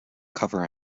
cover